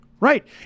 Right